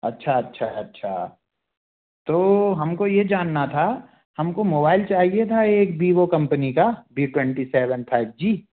अच्छा अच्छा अच्छा तो हमको यह जानना था हमको मोबाईल चाहिए था एक वीवो कंपनी का वी ट्वेन्टी सेवन फ़ाइव जी